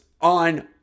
on